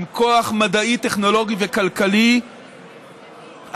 עם כוח מדעי, טכנולוגי וכלכלי עצום,